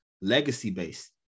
legacy-based